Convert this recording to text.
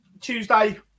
Tuesday